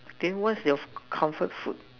then what's your comfort food